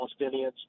Palestinians